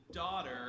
daughter